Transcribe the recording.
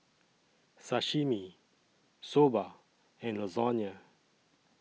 Sashimi Soba and Lasagne